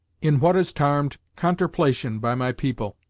in what is tarmed conterplation by my people.